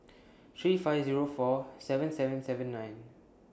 three five Zero four seven seven seven nine